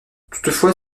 toutefois